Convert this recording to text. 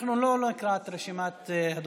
אנחנו לא נקרא את רשימת הדוברים.